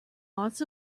lots